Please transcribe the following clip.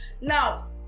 Now